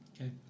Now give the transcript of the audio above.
Okay